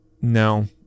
no